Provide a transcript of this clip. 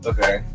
Okay